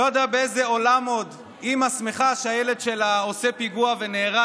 לא יודע באיזה עולם עוד אימא שמחה שהילד שלה עושה פיגוע ונהרג,